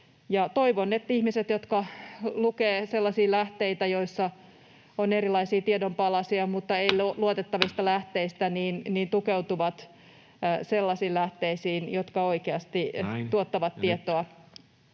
Toivon, että ihmiset, jotka lukevat sellaisia lähteitä, joissa on erilaisia tiedon palasia mutta ei luotettavia lähteitä, tukeutuvat sellaisiin lähteisiin, jotka oikeasti tuottavat tietoa